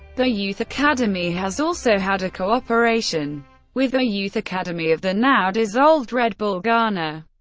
the youth academy has also had a cooperation with the youth academy of the now dissolved red bull ghana.